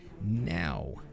now